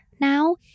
now